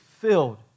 filled